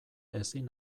ezin